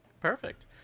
perfect